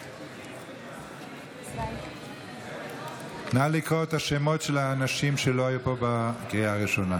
נגד נא לקרוא את שמות האנשים שלא היו פה בקריאה הראשונה.